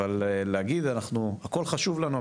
אבל להגיד הכול חשוב לנו,